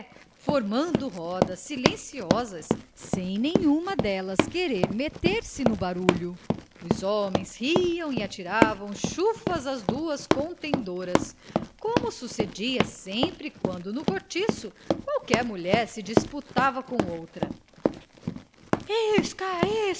formando roda silenciosas sem nenhuma delas querer meter-se no barulho os homens riam e atiravam chufas às duas contendoras como sucedia sempre quando no cortiço qualquer mulher se disputava com outra